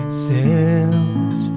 sails